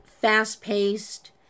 fast-paced